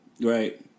Right